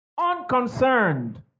unconcerned